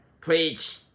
preach